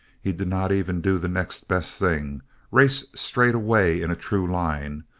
he did not even do the next best thing race straight away in a true line,